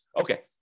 Okay